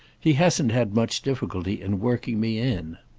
he hasn't had much difficulty in working me in.